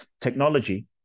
Technology